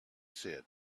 said